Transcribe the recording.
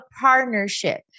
partnership